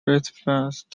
refused